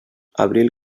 abril